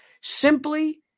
Simply